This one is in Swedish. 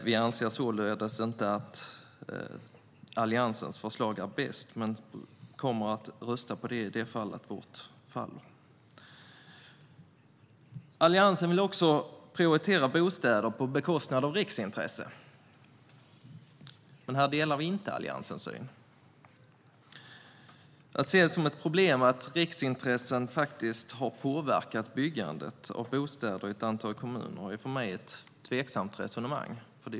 Vi anser således inte att Alliansens förslag är bäst men kommer att rösta på det om vårt förslag faller. Alliansen vill prioritera bostäder på bekostnad av riksintressen. Men här delar vi inte Alliansens syn. Att se det som ett problem att riksintressen faktiskt har hindrat byggandet av bostäder i ett antal kommuner är för mig ett tveksamt resonemang.